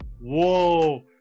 whoa